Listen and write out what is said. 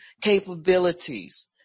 capabilities